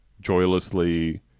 joylessly